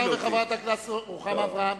כבוד השרה וחברת הכנסת רוחמה אברהם,